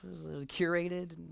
curated